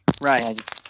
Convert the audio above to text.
right